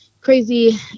crazy